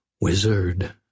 wizard